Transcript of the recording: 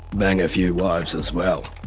bang a few wives as well.